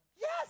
Yes